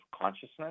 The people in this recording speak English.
consciousness